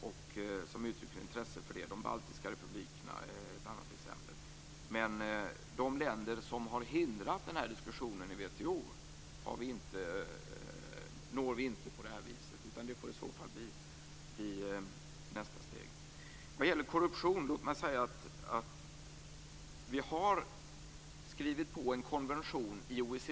De baltiska länderna är andra exempel på detta. De länder som har hindrat den här diskussionen i WTO når vi dock inte på det här viset, utan det får bli nästa steg. Låt mig vad gäller korruption säga att vi i OECD har skrivit under en konvention om detta.